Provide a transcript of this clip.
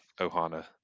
ohana